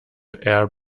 air